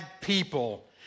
people